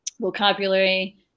vocabulary